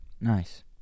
nice